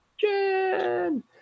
Jen